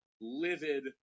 livid